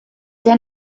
der